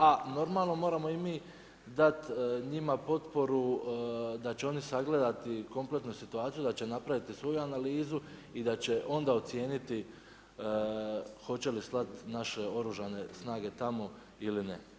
A normalno moramo i mi dat njima potporu da će oni sagledati kompletnu situaciju, da će napraviti svoju analizu i da će onda ocijeniti hoće li slat naše Oružane snage tamo ili ne.